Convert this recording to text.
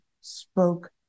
spoke